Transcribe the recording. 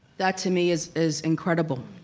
that to me is is incredible.